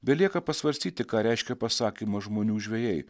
belieka pasvarstyti ką reiškia pasakymas žmonių žvejai